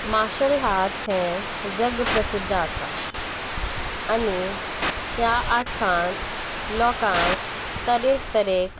martial arts हे जग प्रसिद्ध आसा आनी ह्या आर्ट्सांत लोकांक तरेक तरेक